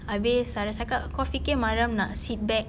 habis sarah cakap kau fikir mariam nak sit back